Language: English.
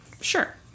Sure